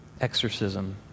exorcism